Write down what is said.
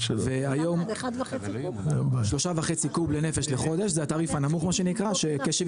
והיום 3.5 קוב לנפש לחודש זה התעריף הנמוך מה שנקרא כ,